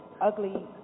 ugly